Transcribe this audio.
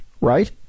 right